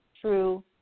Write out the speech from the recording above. true